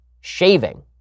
Shaving